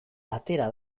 atera